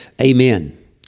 amen